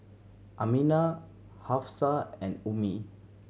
Aminah Hafsa and Ummi